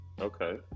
Okay